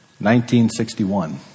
1961